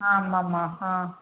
ஆமாம்மா ஆ